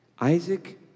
Isaac